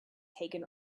taken